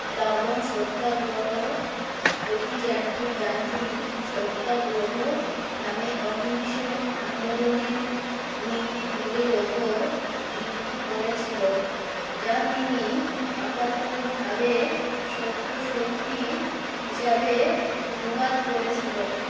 লবণ সত্যাাগ্রহ অভিযানটি গান্ধীর সত্যাাগ্রহ নামে অহিংস আন্দোলনের নীতিগুলির ওপর ভিত্তি করেছিলো যা তিনি আপাততভাবে সত্য শক্তি হিসাবে অনুবাদ করেছিলো